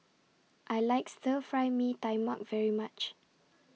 I like Stir Fry Mee Tai Mak very much